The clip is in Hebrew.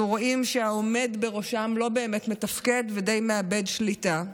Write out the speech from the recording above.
אנחנו רואים שהעומד בראשם לא באמת מתפקד ודי מאבד שליטה,